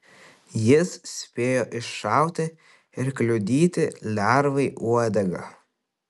jis spėjo iššauti ir kliudyti lervai uodegą